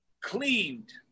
cleaned